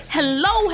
Hello